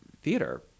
theater